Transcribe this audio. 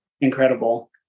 incredible